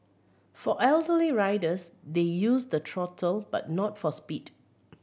for elderly riders they use the throttle but not for speed